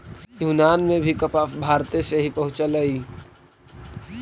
यूनान में भी कपास भारते से ही पहुँचलई